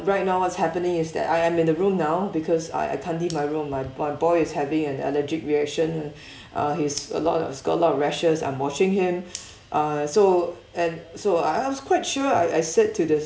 right now what's happening is that I am in the room now because I I can't leave my room my my boy is having an allergic reaction uh he's a lot of got a lot of rashes I'm washing him uh so and so I I was quite sure I I said to the